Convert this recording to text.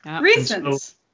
Reasons